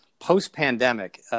post-pandemic